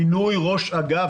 מינוי ראש אגף,